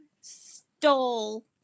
stole